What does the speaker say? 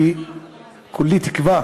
כולי תקווה